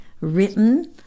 written